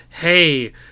hey